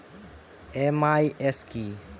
MIS কি?